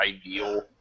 ideal